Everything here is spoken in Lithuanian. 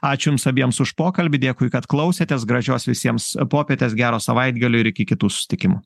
ačiū jums abiems už pokalbį dėkui kad klausėtės gražios visiems popietės gero savaitgalio ir iki kitų susitikimų